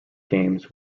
games